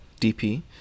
DP